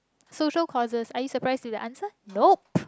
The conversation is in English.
social courses are you surprise to the answer nope